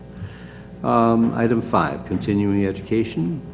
um item five, continuing education.